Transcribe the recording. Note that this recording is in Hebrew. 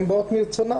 הן באות מרצונן.